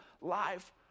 life